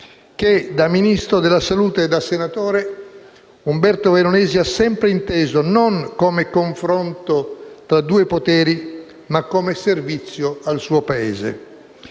che, da Ministro della salute e da senatore, Umberto Veronesi ha sempre inteso non come confronto tra due poteri, ma come servizio al suo Paese.